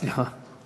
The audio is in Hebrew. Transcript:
סליחה.